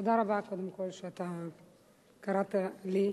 תודה רבה שקראת לי לדבר.